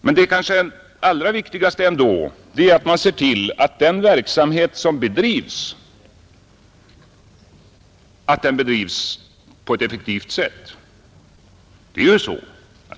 Men det kanske allra viktigaste är ändå att man ser till att den verksamhet som bedrivs är effektiv.